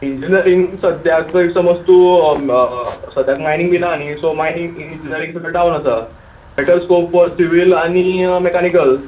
engineering सद्या if समज तूं सद्या मायनींग बी ना न्ही सो मायनींग इन्जिनीयरींग सुद्दां डावन आसा बेटर स्कॉप फोर सिवील आनी मेकानीकल